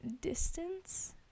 distance